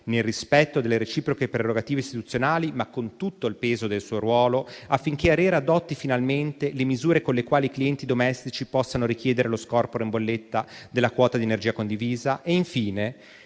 nel rispetto delle reciproche prerogative istituzionali ma con tutto il peso del suo ruolo, affinché ARERA adotti finalmente le misure con le quali i clienti domestici possano richiedere lo scorporo in bolletta della quota di energia condivisa? Infine,